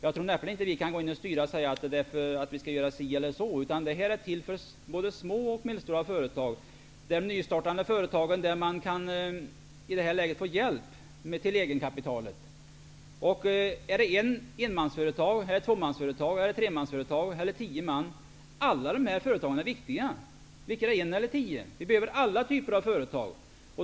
Jag tror inte vi kan styra på annat sätt. Fonden är till för både små och medelstora nystartande företag som i det läget kan få hjälp till egenkapitalet. Alla företag -- vare sig de är enmansföretag eller sysselsätter två, tre, eller tio man -- är viktiga. Vi behöver alla typer av företag.